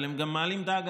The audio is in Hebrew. אבל הם גם מעלים דאגה.